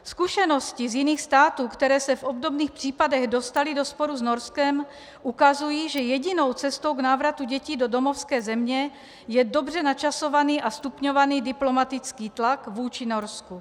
Zkušenosti z jiných států, které se v obdobných případech dostaly do sporu s Norskem, ukazují, že jedinou cestou k návratu dětí do domovské země je dobře načasovaný a stupňovaný diplomatický tlak vůči Norsku.